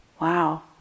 Wow